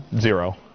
zero